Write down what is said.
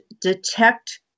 detect